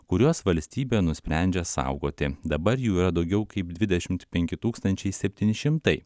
kuriuos valstybė nusprendžia saugoti dabar jų yra daugiau kaip dvidešimt penki tūkstančiai septyni šimtai